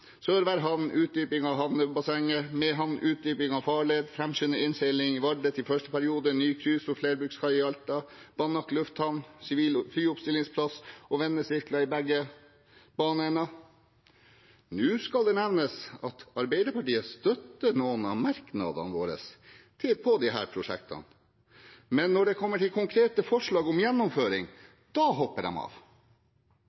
Sørvær havn, utdyping av havnebassenget Mehamn, utdyping av farled framskynde innseiling til Vardø til første periode ny cruise- og flerbrukskai i Alta Banak lufthavn, sivil flyoppstillingsplass og vendesirkler i begge baneender Nå skal det nevnes at Arbeiderpartiet støtter noen av merknadene våre om disse prosjektene, men når det kommer til konkrete forslag om gjennomføring,